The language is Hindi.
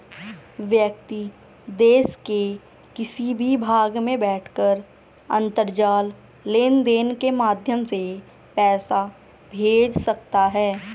व्यक्ति देश के किसी भी भाग में बैठकर अंतरजाल लेनदेन के माध्यम से पैसा भेज सकता है